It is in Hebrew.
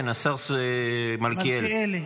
גלעד, תנשום.